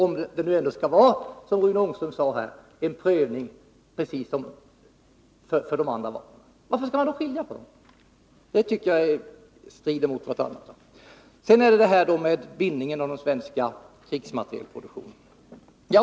Men varför då inte ta bort hela begreppet, så är man av med problematiken! Det finns ingen anledning att behålla den skillnaden om det ändå, som Rune Ångström sade, skall vara samma prövning. Sedan detta med bindningen av den svenska krigsmaterielproduktionen.